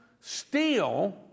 steel